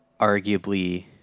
arguably